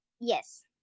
Yes